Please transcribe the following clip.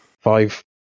five